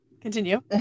continue